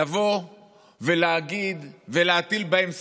לבוא ולהטיל בהם ספק,